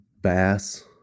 bass